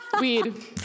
weed